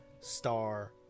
Star